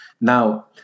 Now